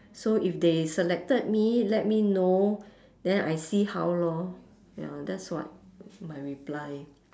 so if they selected me let me know then I see how lor ya that's what my reply